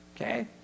okay